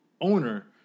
owner